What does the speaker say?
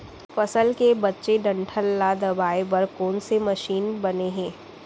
फसल के बचे डंठल ल दबाये बर कोन से मशीन बने हे?